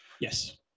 Yes